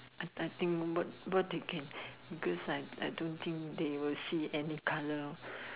I think I think what do you can because I don't think they will see any colour